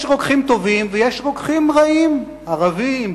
יש רוקחים טובים ויש רוקחים רעים, ערבים,